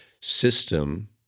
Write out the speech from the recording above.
system